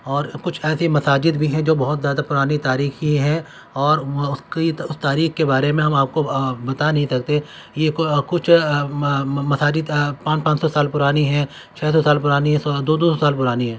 اور کچھ ایسی مساجد بھی ہیں جو بہت زیادہ پرانی تاریخی ہیں اور اس کی اس تاریخ کے بارے میں ہم آپ کو بتا نہیں سکتے یہ کچھ مساجد پان پانچ سو سال پرانی ہیں چھ سو سال پرانی ہے دو دو سال پرانی ہے